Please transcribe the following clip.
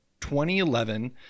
2011